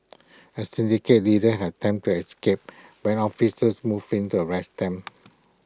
A syndicate leader had attempted to escape when officers moved in to arrest them